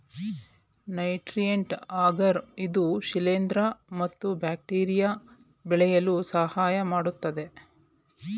nutrient agar ಇದು ಶಿಲಿಂದ್ರ ಮತ್ತು ಬ್ಯಾಕ್ಟೀರಿಯಾ ಬೆಳೆಯಲು ಸಹಾಯಮಾಡತ್ತದೆ